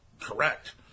correct